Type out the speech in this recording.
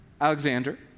Alexander